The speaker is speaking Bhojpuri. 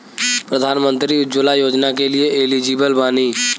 प्रधानमंत्री उज्जवला योजना के लिए एलिजिबल बानी?